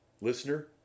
Listener